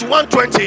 120